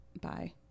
Bye